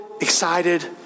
excited